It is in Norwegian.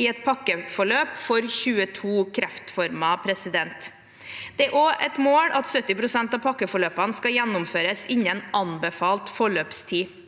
i et pakkeforløp for 22 kreftformer. Det er også et mål at 70 pst. av pakkeforløpene skal gjennomføres innen anbefalt forløpstid.